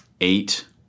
eight